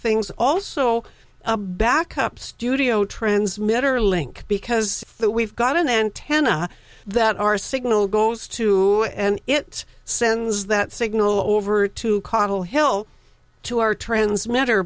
things also a backup studio transmit or link because we've got an antenna that our signal goes to and it sends that signal over to coddle hill to our transmit or